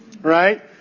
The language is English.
Right